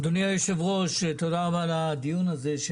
אדוני היושב ראש, תודה רבה על הדיון הזה.